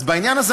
אז בעניין הזה,